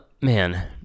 Man